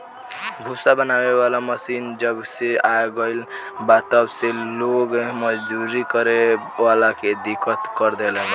भूसा बनावे वाला मशीन जबसे आईल बा तब से लोग मजदूरी करे वाला के दिक्कत कर देले बा